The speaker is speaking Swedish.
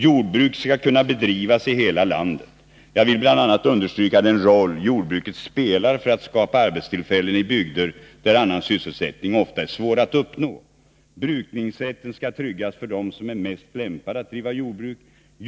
Jordbruk skall kunna bedrivas i hela landet. Jag vill bl.a. understryka den roll jordbruket spelar för att skapa arbetstillfällen i bygder där annan sysselsättning ofta är svår att uppnå. Brukningsrätten skall tryggas för dem som är mest lämpade att driva jordbruk.